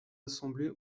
assemblées